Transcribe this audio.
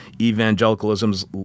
evangelicalism's